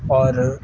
اور